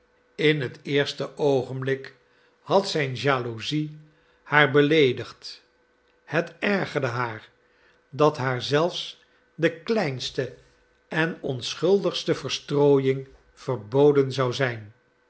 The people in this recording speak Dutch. in het eerste oogenblik had zijn jaloezie haar beleedigd het ergerde haar dat haar zelfs de kleinste en onschuldigste verstrooiing verboden zou zijn